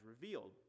revealed